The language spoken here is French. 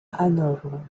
hanovre